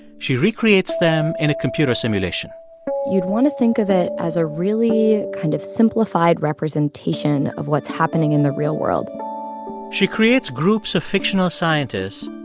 she recreates them in a computer simulation you'd want to think of it as a really kind of simplified representation of what's happening in the real world she creates groups of fictional scientists,